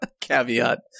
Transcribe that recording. Caveat